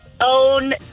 Own